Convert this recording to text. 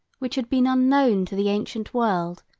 which had been unknown to the ancient world,